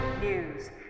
news